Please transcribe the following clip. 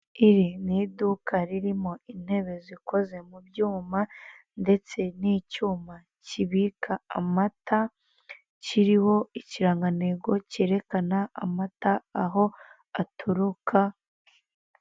Iri ni iduka ririmo intebe zikozwe mu byuma ndetse n'icyuma kibika amata kiriho ikirangantego cyerekana amata aho aturuka.